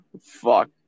fuck